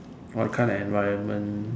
what kind of environment